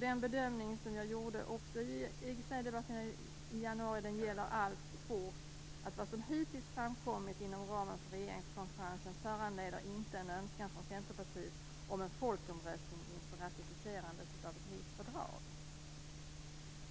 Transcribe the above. Den bedömning som jag gjorde i IGC-debatten i januari gäller alltfort: Vad som hittills framkommit inom ramen för regeringskonferensen föranleder inte en önskan från Centerpartiet om en folkomröstning inför ratificerandet av ett nytt fördrag.